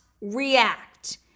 react